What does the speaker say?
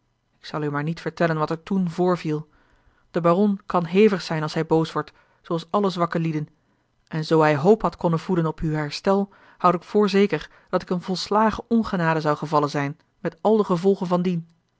ik zal u maar niet vertellen wat er toen voorviel de baron kan hevig zijn als hij boos wordt zooals alle zwakke lieden en zoo hij hoop had konnen voeden op uw herstel houd ik voorzeker dat ik in volslagen ongenade zou gevallen zijn met al de gevolgen van dien